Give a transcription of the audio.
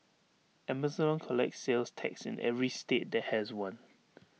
Amazon collects sales tax in every state that has one